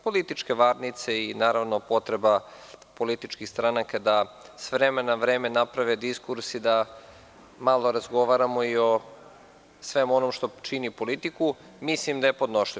Političke varnice i naravno potreba političkih stranaka da, s vremena na vreme, naprave diskurs i da malo razgovaramo i o svemu onom što čini politiku, mislim da je podnošljivo.